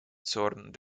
zorn